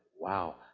Wow